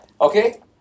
Okay